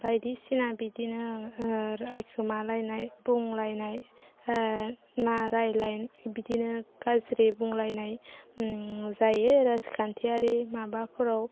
बायदिसिना बिदिनो रायखोमा लायनाय बुंलायनाय रायलायनाय बिदिनो गाज्रि बुंलायनाय जायो राजखान्थियारि माबाफोराव